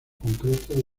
concreto